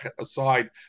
aside